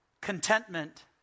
contentment